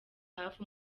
hafi